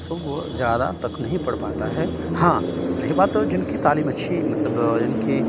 سو وہ زیادہ تک نہیں پڑھ پاتا ہے ہاں رہی بات جن کی تعلیم اچھی مطلب جن کی